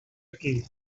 aquí